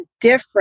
different